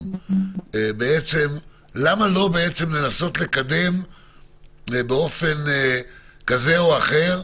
למה לא לנסות לקדם באופן כזה או אחר,